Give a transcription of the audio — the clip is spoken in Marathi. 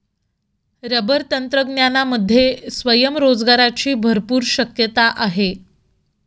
रबर तंत्रज्ञानामध्ये स्वयंरोजगाराची भरपूर शक्यता आहे